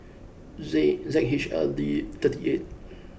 Z Z H L D thirty eight